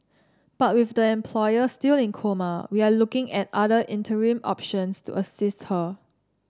but with the employer still in coma we are looking at other interim options to assist her